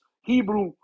Hebrew